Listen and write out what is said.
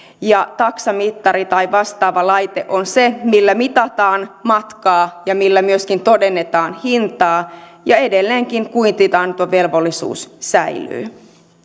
ja taksamittari tai vastaava laite on se millä mitataan matkaa ja millä myöskin todennetaan hintaa ja edelleenkin kuitinantovelvollisuus säilyy